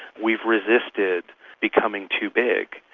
we've resisted becoming too big,